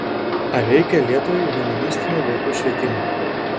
ar reikia lietuvai humanistinio vaikų švietimo